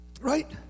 right